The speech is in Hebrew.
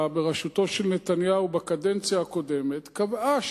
בראשותו של נתניהו בקדנציה הקודמת קבעה,